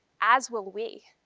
as will we.